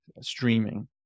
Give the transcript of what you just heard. streaming